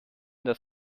das